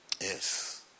Yes